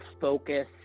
focus